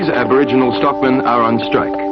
aboriginal stockman are on strike.